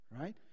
Right